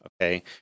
okay